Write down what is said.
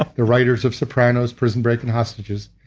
ah the writers of sopranos, prison break, and hostages.